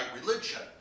religion